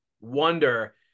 wonder